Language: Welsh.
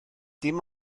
dim